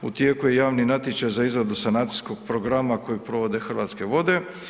U tijeku je javni natječaj za izradu sanacijskog programa kojeg provode Hrvatske vode.